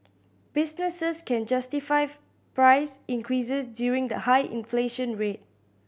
businesses can justify price increases during the high inflation rate